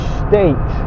state